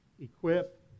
equip